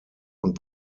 und